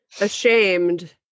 ashamed